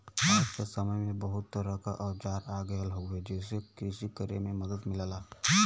आज क समय में बहुत तरह क औजार आ गयल हउवे जेसे कृषि करे में मदद मिलला